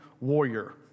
warrior